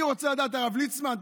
אני רוצה לדעת, הרב ליצמן.